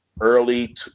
early